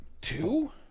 Two